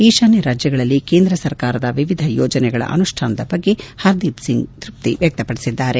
ಈಶಾನ್ನ ರಾಜ್ಯಗಳಲ್ಲಿ ಕೇಂದ್ರ ಸರ್ಕಾರದ ವಿವಿಧ ಯೋಜನೆಗಳ ಅನುಷ್ಡಾನದ ಬಗ್ಗೆ ಹರ್ದೀಪ್ ಸಿಂಗ್ ತೃಪ್ತಿ ವ್ಯಕ್ತಪಡಿಸಿದ್ದಾರೆ